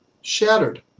shattered